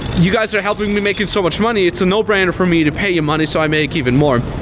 you guys are helping me making so much money. it's a no brainer for me to pay you money, so i make even more.